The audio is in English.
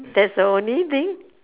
that's the only thing